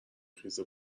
خیز